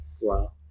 Wow